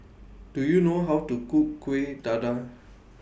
Do YOU know How to Cook Kuih Dadar